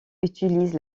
utilise